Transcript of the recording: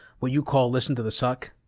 what you call listen to the suck,